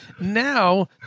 Now